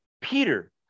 Peter